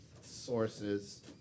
sources